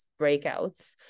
breakouts